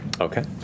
Okay